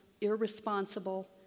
irresponsible